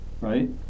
right